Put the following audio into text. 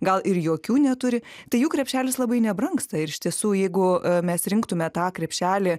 gal ir jokių neturi tai jų krepšelis labai nebrangsta ir iš tiesų jeigu mes rinktume tą krepšelį